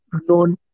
known